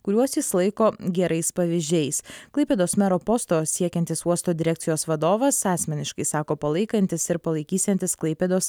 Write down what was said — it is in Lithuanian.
kuriuos jis laiko gerais pavyzdžiais klaipėdos mero posto siekiantis uosto direkcijos vadovas asmeniškai sako palaikantis ir palaikysiantis klaipėdos